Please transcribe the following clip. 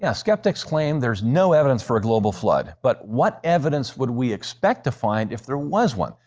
yeah skeptics claim there's no evidence for a global flood. but what evidence would we expect to find if there was one?